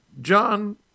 John –